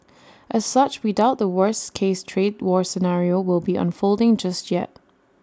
as such we doubt the worst case trade war scenario will be unfolding just yet